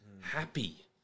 happy